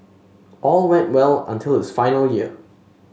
all went well until his final year